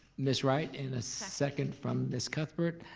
miss wright, and a second from miss cuthbert.